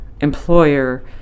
employer